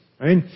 right